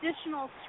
additional